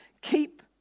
Keep